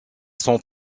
sont